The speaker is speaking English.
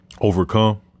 overcome